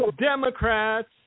Democrats